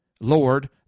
Lord